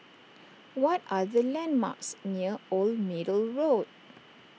what are the landmarks near Old Middle Road